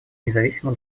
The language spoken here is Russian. независимо